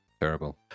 Terrible